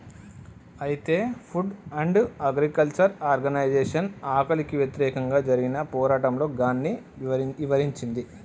అయితే food and agriculture organization ఆకలికి వ్యతిరేకంగా జరిగిన పోరాటంలో గాన్ని ఇవరించింది